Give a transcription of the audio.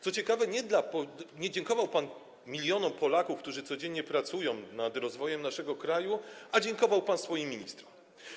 Co ciekawe, nie dziękował pan milionom Polaków, którzy codziennie pracują nad rozwojem naszego kraju, ale dziękował pan swoim ministrom.